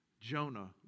Jonah